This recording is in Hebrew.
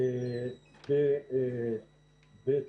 אזרחיות,